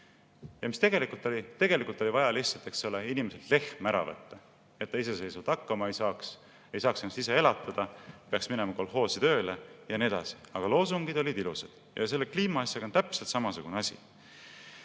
oli? Tegelikult oli vaja lihtsalt inimeselt lehm ära võtta, et ta iseseisvalt hakkama ei saaks, ei saaks ennast ise elatada, peaks minema kolhoosi tööle ja nii edasi. Aga loosungid olid ilusad. Selle kliimaasjaga on täpselt samasugune asi.